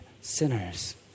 sinners